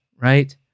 right